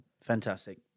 Fantastic